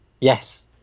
yes